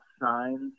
signs